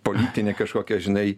politinė kažkokia žinai